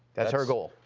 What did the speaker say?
that's our goal.